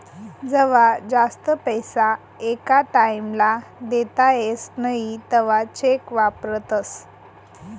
जवा जास्त पैसा एका टाईम ला देता येस नई तवा चेक वापरतस